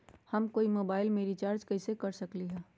हम कोई मोबाईल में रिचार्ज कईसे कर सकली ह?